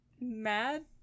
mad